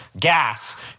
Gas